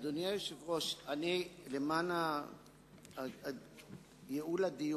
אדוני היושב-ראש, למען ייעול הדיון,